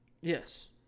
Yes